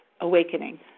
awakening